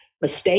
mistake